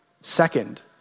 Second